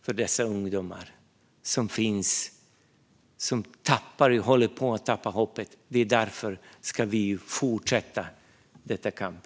För dessa ungdomar som finns i konflikterna och som håller på att tappa hoppet. Därför ska vi fortsätta denna kamp.